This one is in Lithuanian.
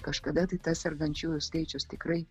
kažkada tai tas sergančiųjų skaičius tikrai